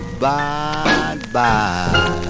Bye-bye